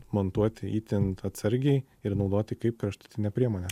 montuoti itin atsargiai ir naudoti kaip kraštutinę priemonę